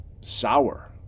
sour